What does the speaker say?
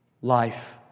life